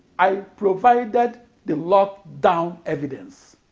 i provided the lockdown evidence